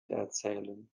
erzählen